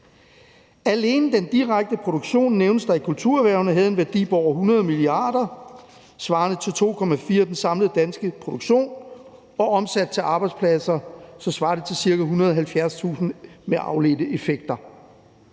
Alene den direkte produktion i kulturerhvervene, nævnes det, havde en værdi på over 100 mia. kr. svarende til 2,4 pct. af den samlede danske produktion; og omsat til arbejdspladser svarer det til ca. 170.000 med afledte effekter.